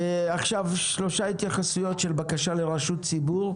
עכשיו שלוש התייחסות של בקשה לרשות דיבור.